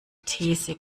these